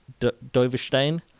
Doverstein